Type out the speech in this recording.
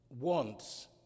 wants